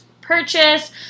purchase